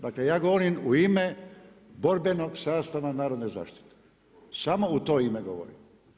Dakle, ja govorim u ime borbenog sastava Narodne zaštite, samo u to ime govorim.